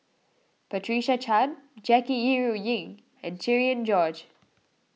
Patricia Chan Jackie Yi Ru Ying and Cherian George